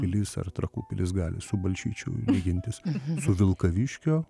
pilis ar trakų pilis gali su balčyčiu lygintis su vilkaviškio